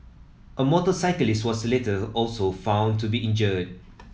a motorcyclist was later also found to be injured